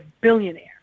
billionaire